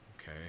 Okay